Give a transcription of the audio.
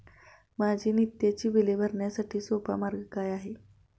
माझी नित्याची बिले भरण्यासाठी सोपा मार्ग काय आहे?